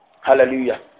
Hallelujah